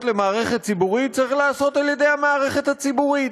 למערכת ציבורית צריך להיעשות על-ידי המערכת הציבורית.